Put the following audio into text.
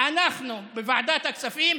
אנחנו בוועדת הכספים,